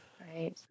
Right